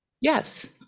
yes